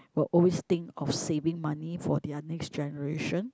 will always think of saving money for their next generation